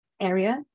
area